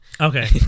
Okay